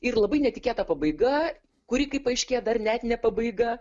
ir labai netikėta pabaiga kuri kaip paaiškėja dar net ne pabaiga